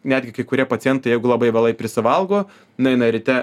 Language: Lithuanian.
netgi kai kurie pacientai jeigu labai vėlai prisivalgo nueina ryte